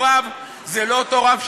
זה לא אותו רב?